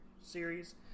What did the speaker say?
series